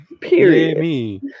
period